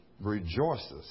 rejoices